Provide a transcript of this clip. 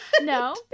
No